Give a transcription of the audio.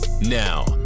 Now